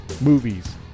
movies